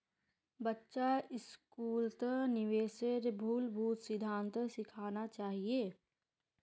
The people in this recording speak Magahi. बच्चा स्कूलत निवेशेर मूलभूत सिद्धांत सिखाना चाहिए